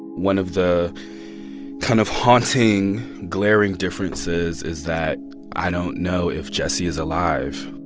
one of the kind of haunting, glaring differences is that i don't know if jesse is alive.